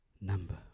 number